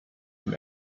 dem